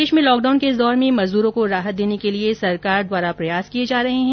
प्रदेश में लॉकडाउन के इस दौर में मजदूरों को राहत देने के लिए सरकार द्वारा प्रयास किए जा रहे हैं